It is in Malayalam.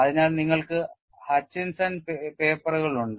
അതിനാൽ നിങ്ങൾക്ക് Hutchinson പേപ്പറുകൾ ഉണ്ട്